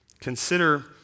consider